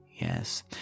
Yes